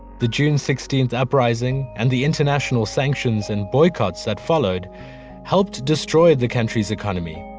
the june sixteenth uprising, and the international sanctions and boycotts that followed helped destroy the country's economy.